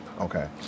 Okay